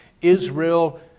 Israel